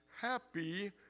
happy